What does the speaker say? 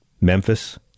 Memphis